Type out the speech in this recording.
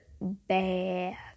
bad